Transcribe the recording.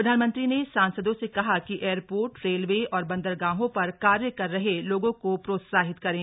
प्रधानमंत्री ने सांसदों से कहा कि एयरपोर्ट रेलवे और बंदरगाहों पर कार्य कर रहे लोगों को प्रोत्साहित करें